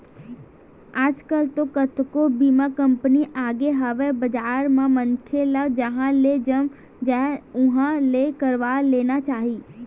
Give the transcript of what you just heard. आजकल तो कतको बीमा कंपनी आगे हवय बजार म मनखे ल जिहाँ ले जम जाय उहाँ ले करवा लेना चाही